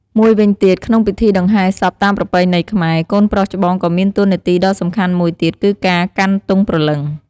មួយវិញទៀតក្នុងពិធីដង្ហែសពតាមប្រពៃណីខ្មែរ កូនប្រុសច្បងក៏មានតួនាទីដ៏សំខាន់មួយទៀត គឺការកាន់ទង់ព្រលឹង។